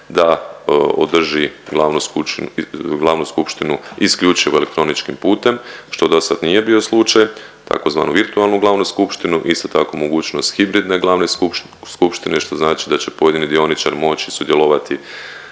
da održi glavnu skupštinu isključivo elektroničkim putem, što do sad nije bio slučaj tzv. virtualnu glavnu skupštinu. Isto tako mogućnost hibridne glavne skupštine što znači da će pojedini dioničar moći sudjelovati